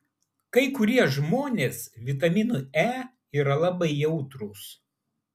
kai kurie žmonės vitaminui e yra labai jautrūs